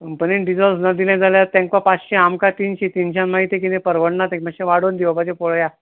कंपनीन डिजल दिलें जाल्यार सुद्दां तेंकां पांचशी आमकां तिनशीं तिनश्यांक मागीर कितें परवडना तें मातशें वाडोवन दिवपाचें पळयात